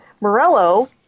Morello